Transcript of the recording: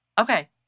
Okay